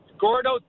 Gordo